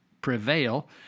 prevail